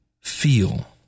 feel